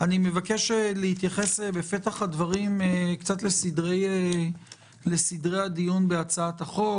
מבקש להתייחס לסדרי הדיון בהצעת החוק,